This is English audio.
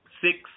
six